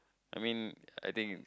I mean I think